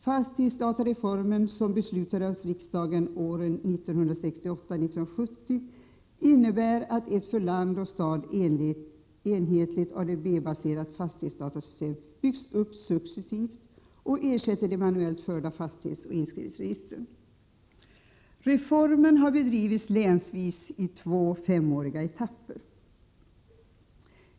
Fastighetsdatareformen, som riksdagen fattade beslut om 1968 och 1970, innebär att ett för land och stad enhetligt ADB-baserat fastighetsdatasystem successivt byggts upp som ersätter de manuellt förda fastighetsoch inskrivningsregistren. Reformen har genomförts länsvis i två femårsetapper.